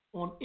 on